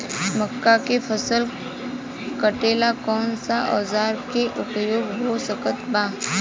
मक्का के फसल कटेला कौन सा औजार के उपयोग हो सकत बा?